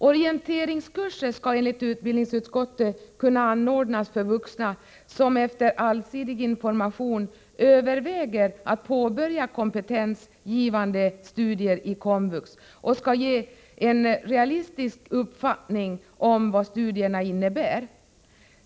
Orienteringskurser skall enligt utbildningsutskottet kunna anordnas för vuxna, som efter allsidig information överväger att påbörja kompetensgivande studier i komvux, och skall ge en realistisk uppfattning om vad studierna innebär.